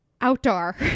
outdoor